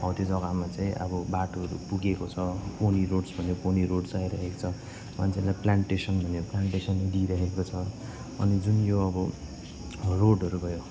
हो त्यो जग्गामा चाहिँ अब बाटोहरू पुगेको छ पोनी रोड्स भन्यो पोनी रोड्स आइरहेको छ मान्छेलाई प्लानटेसन भन्यो प्लानटेसन दिइराखेको छ अनि जुन यो अब रोडहरू भयो